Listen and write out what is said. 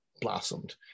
blossomed